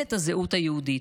למינהלת הזהות היהודית,